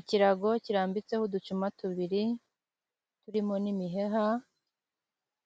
Ikirago kirambitseho uducuma tubiri turimo n'imiheha,